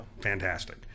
fantastic